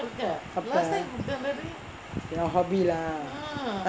அப்பே:appe your hobby lah